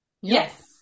yes